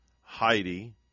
Heidi